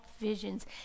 visions